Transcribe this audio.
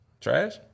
Trash